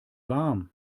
warm